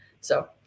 So-